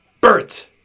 Bert